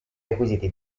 requisiti